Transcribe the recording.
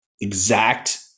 exact